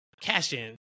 cash-in